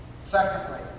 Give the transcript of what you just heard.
Secondly